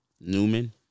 Newman